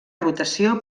rotació